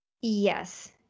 Yes